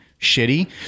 shitty